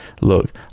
Look